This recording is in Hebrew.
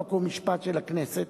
חוק ומשפט של הכנסת